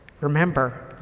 Remember